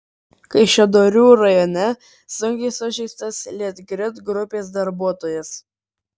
kaišiadorių rajone sunkiai sužeistas litgrid grupės darbuotojas